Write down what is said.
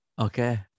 Okay